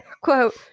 quote